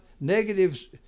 negatives